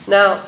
Now